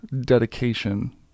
dedication